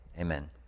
amen